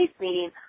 meeting